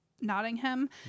Nottingham